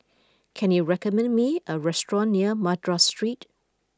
can you recommend me a restaurant near Madras Street